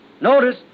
Notice